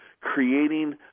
creating